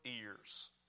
ears